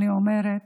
אני אומרת,